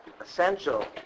essential